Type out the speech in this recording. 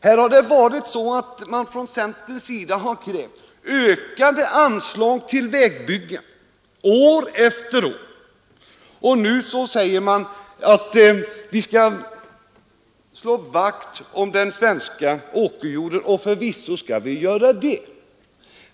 Här har centern krävt ökade anslag till vägbyggen år efter år, och nu säger man att vi skall slå vakt om den svenska åkerjorden. Förvisso skall vi göra det.